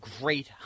great